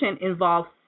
involves